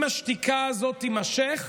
אם השתיקה הזאת תימשך,